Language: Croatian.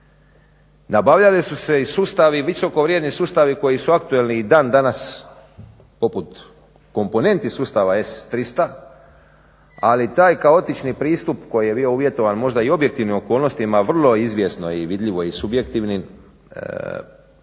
Nabavljali su se i sustavi visokovrijedni sustavi koji su aktualni i dan danas poput komponenti sustava S 300, ali taj kaotični pristup koji je bio uvjetovan možda i objektivnim okolnostima, a vrlo izvjesno i vidljivo i subjektivnim donosio